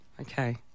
Okay